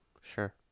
Sure